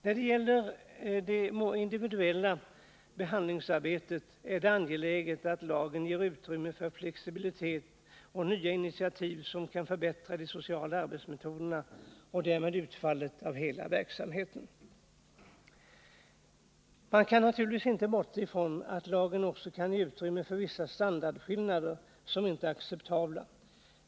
När det gäller det individuella behandlingsarbetet är det angeläget att lagen ger utrymme för flexibilitet och nya initiativ som kan förbättra de sociala arbetsmetoderna och därmed utfallet av hela verksamheten. Man kan naturligtvis inte bortse från att lagen också kan ge utrymme för vissa standardskillnader som inte är acceptabla.